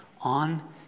on